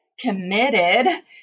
committed